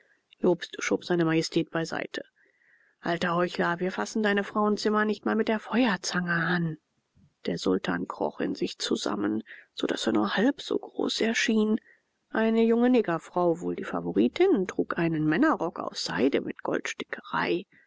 jobst schob seine majestät bei seite alter heuchler wir fassen deine frauenzimmer nicht mal mit der feuerzange an der sultan kroch in sich zusammen so daß er nur halb so groß erschien eine junge negerfrau wohl die favoritin trug einen männerrock aus seide mit